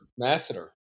Masseter